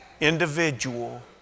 Individual